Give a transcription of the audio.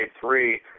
three